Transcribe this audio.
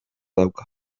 dauka